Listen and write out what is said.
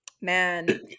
Man